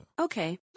Okay